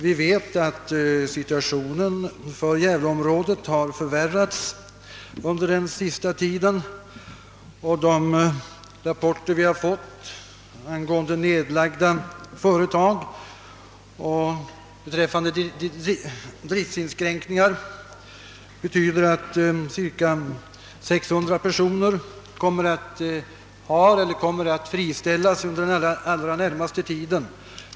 Vi vet att situationen för gävleområdet har förvärrats under den senaste tiden. De rapporter vi har fått angående nedlagda företag och driftinskränkningar visar att cirka 600 personer har friställts eller kommer att friställas under den allra närmaste tiden.